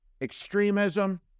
extremism